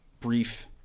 Brief